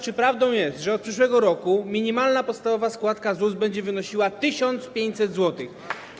Czy prawdą jest, że od przyszłego roku minimalna, podstawowa składka ZUS będzie wynosiła 1500 zł?